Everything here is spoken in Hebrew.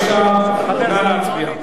בבקשה, נא להצביע.